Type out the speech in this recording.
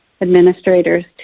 administrators